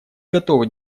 готовы